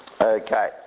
Okay